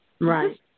Right